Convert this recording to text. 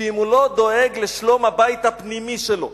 שאם הוא לא דואג לשלום הבית הפנימי שלו,